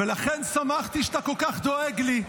ולכן שמחתי שאתה כל כך דואג לי,